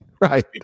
Right